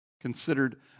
considered